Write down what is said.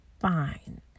fine